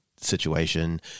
situation